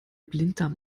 blinddarm